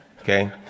Okay